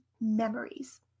memories